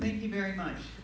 thank you very much